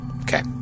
Okay